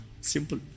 simple